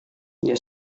dia